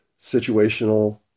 situational